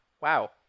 Wow